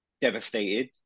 devastated